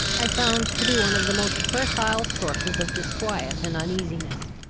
i found to be one of the most fertile sources of disquiet and uneasiness.